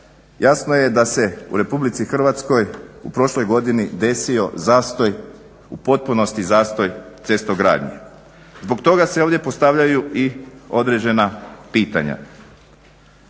jasno je da se u Republici Hrvatskoj u prošloj godini desio zastoj, u potpunosti zastoj cestogradnje. Zbog toga se ovdje postavljaju i određena pitanja.